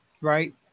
Right